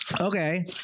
okay